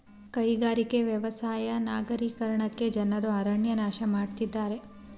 ಕೈಗಾರಿಕೆ, ವ್ಯವಸಾಯ ನಗರೀಕರಣಕ್ಕೆ ಜನರು ಅರಣ್ಯ ನಾಶ ಮಾಡತ್ತಿದ್ದಾರೆ